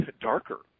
darker